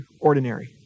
ordinary